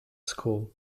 school